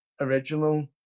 original